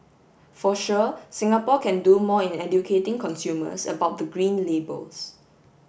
for sure Singapore can do more in educating consumers about the green labels